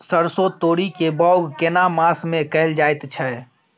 सरसो, तोरी के बौग केना मास में कैल जायत छै?